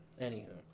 Anywho